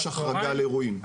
יש החרגה לאירועים.